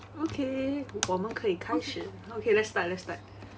okay 我们可以开始 okay let's start let's start